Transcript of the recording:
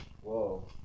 Whoa